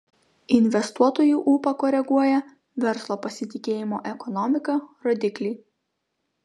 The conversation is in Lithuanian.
investuotojų ūpą koreguoja verslo pasitikėjimo ekonomika rodikliai